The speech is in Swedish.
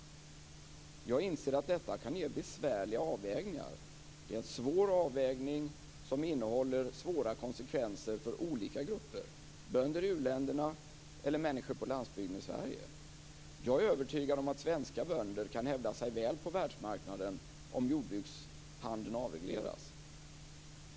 Jag inser att detta kan ge besvärliga avvägningar. Det är en svår avvägning som innehåller svåra konsekvenser för olika grupper - bönder i u-länderna eller människor på landsbygden i Sverige. Jag är övertygad om att svenska bönder kan hävda sig väl på världsmarknaden om jordbrukshandeln avregleras.